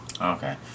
Okay